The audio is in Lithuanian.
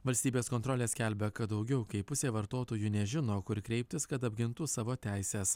valstybės kontrolė skelbia kad daugiau kaip pusė vartotojų nežino kur kreiptis kad apgintų savo teises